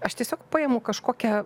aš tiesiog paimu kažkokią